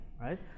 right